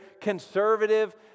conservative